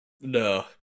No